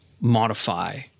modify